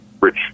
rich